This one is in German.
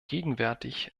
gegenwärtig